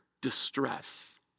distress